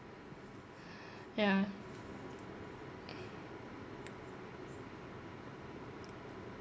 ya